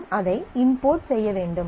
நாம் அதை இம்போர்ட் செய்ய வேண்டும்